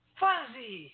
fuzzy